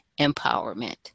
Empowerment